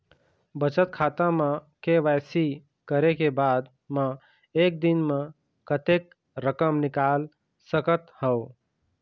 बचत खाता म के.वाई.सी करे के बाद म एक दिन म कतेक रकम निकाल सकत हव?